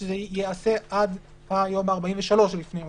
זה ייעשה עד יום ה-43 לפני הבחירות.